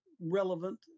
relevant